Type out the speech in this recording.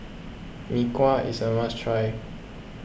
Mee Kuah is a must try